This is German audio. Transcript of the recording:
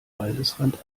waldesrand